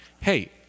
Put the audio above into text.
Hey